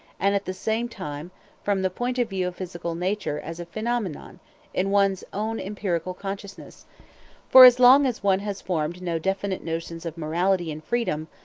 and at the same time from the point of view of physical nature as a phenomenon in one's own empirical consciousness for as long as one has formed no definite notions of morality and freedom,